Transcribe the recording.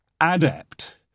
adept